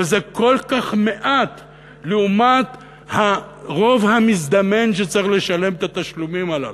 אבל זה כל כך מעט לעומת הרוב המזדמן שצריך לשלם את התשלומים הללו.